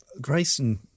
grayson